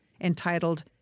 entitled